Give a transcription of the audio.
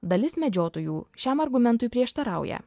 dalis medžiotojų šiam argumentui prieštarauja